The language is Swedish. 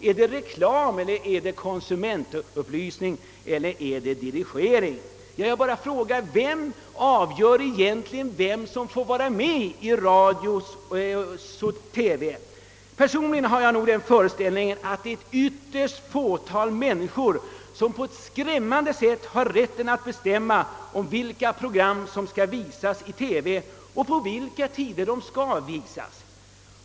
Är det reklam, är det konsumentupplysning eller enbart dirigering? Jag bara frågar. Vem avgör egentligen vem som får vara med i radio och TV? Personligen har jag den uppfattningen att ett fåtal människor på ett skrämmande enväldigt sätt har rätten att bestämma vilka program som skall visas i TV och på vilka tider det skall ske.